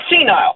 senile